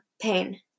pain